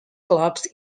clubs